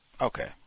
Okay